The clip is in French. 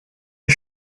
les